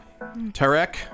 Tarek